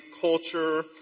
culture